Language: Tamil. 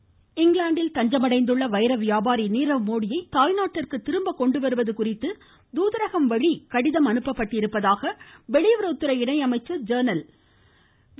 நீர்வ் மோடி இங்கிலாந்தில் தஞ்சமடைந்துள்ள வைர வியாபாரி நீரவ் மோடியை தாய்நாட்டிற்கு திரும்ப கொண்டுவருவது குறித்து தூதரகம் வழி கடிதம் அனுப்பப்பட்டிருப்பதாக வெளியுறவுத் துறை இணை அமைச்சர் ஜென்ரல் வி